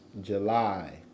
July